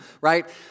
right